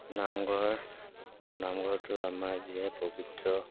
নামঘৰ নামঘৰটো আমাৰ যিহে পবিত্ৰ